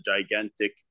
gigantic